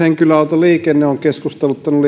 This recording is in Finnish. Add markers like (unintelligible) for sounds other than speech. (unintelligible) henkilöautoliikenne on keskusteluttanut (unintelligible)